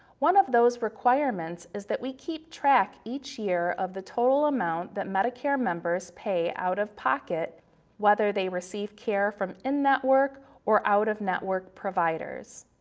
one of those requirements is that we keep track each year of the total amount that medicare members pay out-of-pocket, whether they receive care from in-network or out-of-network providers.